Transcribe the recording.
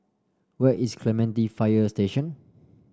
where is Clementi Fire Station